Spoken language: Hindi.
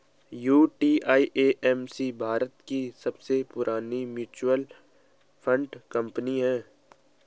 यू.टी.आई.ए.एम.सी भारत की सबसे पुरानी म्यूचुअल फंड कंपनी है